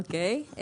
אוקי.